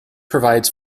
provides